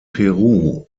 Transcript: peru